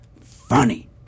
funny